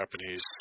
Japanese